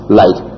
light